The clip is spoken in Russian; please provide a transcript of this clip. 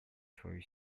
свою